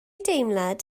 deimlad